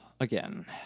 Again